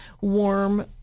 warm